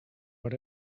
what